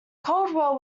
caldwell